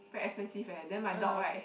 very expensive eh then my dog right